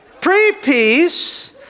Pre-peace